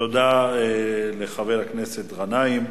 תודה לחבר הכנסת גנאים,